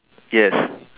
yes